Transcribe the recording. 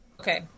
Okay